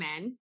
men